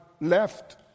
left